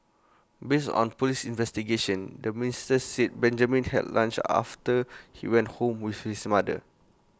based on Police investigations the minister said Benjamin had lunch after he went home with his mother